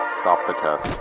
stop the test.